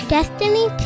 Destiny